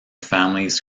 families